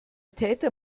täter